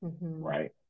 right